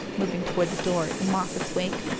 moving toward the door in moffatt's wake.